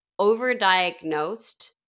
overdiagnosed